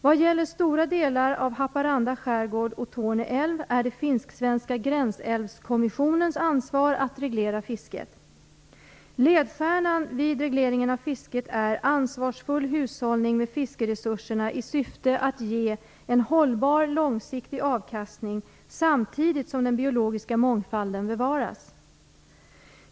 Vad gäller stora delar av Haparanda skärgård och Torne älv är det Finsk-svenska gränsälvskommissionens ansvar att reglera fisket. Ledstjärnan vid regleringen av fisket är ansvarsfull hushållning med fiskeresurserna i syfte att ge en hållbar långsiktig avkastning samtidigt som den biologiska mångfalden bevaras.